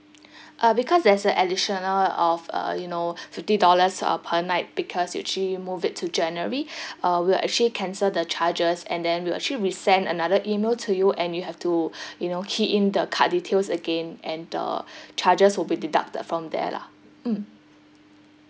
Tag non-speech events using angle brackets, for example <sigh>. <breath> uh because there's an additional of uh you know <breath> fifty dollars uh per night because you actually move it to january <breath> uh we'll actually cancel the charges and then we'll actually resend another email to you and you have to <breath> you know key in the card details again and the <breath> charges will be deducted from there lah mm